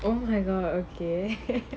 oh my god okay